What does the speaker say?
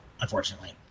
Unfortunately